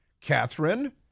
Catherine